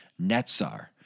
netzar